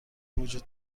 وجود